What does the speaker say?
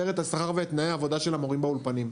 את השכר ואת תנאי העבודה של המורים באולפנים.